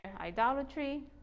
idolatry